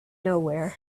nowhere